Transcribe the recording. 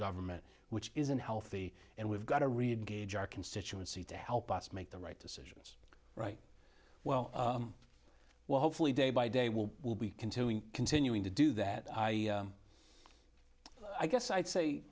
government which is unhealthy and we've got to read to gauge our constituency to help us make the right decisions right well well hopefully day by day we'll will be continuing continuing to do that i guess i'd say